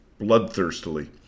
bloodthirstily